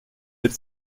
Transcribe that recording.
êtes